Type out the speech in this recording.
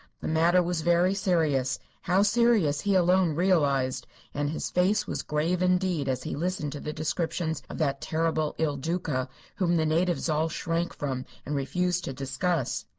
the matter was very serious how serious he alone realized and his face was grave indeed as he listened to the descriptions of that terrible il duca whom the natives all shrank from and refused to discuss.